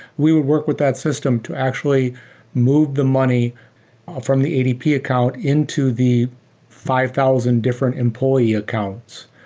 we would work with that system to actually move the money from the adp account into the five thousand different employee accounts.